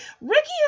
Ricky